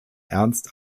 ernst